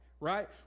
Right